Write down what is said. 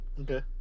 Okay